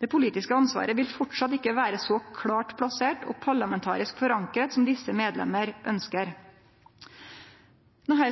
Det politiske ansvaret vil fortsatt ikke være så klart plassert og parlamentarisk forankret som disse medlemmer ønsker.»